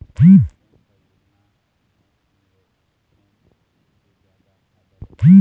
कोन सा योजना मे इन्वेस्टमेंट से जादा फायदा रही?